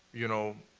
you know,